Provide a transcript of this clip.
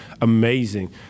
amazing